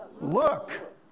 look